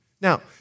Now